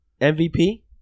MVP